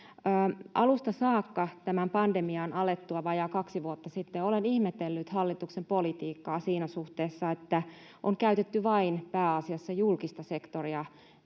Alusta saakka, tämän pandemian alettua vajaa kaksi vuotta sitten, olen ihmetellyt hallituksen politiikkaa siinä suhteessa, että on käytetty pääasiassa vain julkista sektoria rokotuskattavuuden